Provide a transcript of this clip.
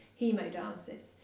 hemodialysis